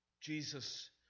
Jesus